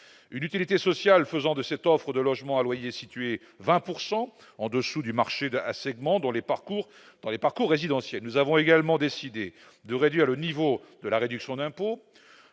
Cette utilité sociale ferait de cette offre de logements à loyers situés 20 % en dessous du marché un segment des parcours résidentiels. Nous proposons également de réduire le niveau de la réduction d'impôt.